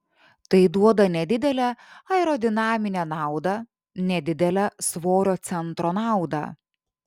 tai duoda nedidelę aerodinaminę naudą nedidelę svorio centro naudą